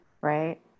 right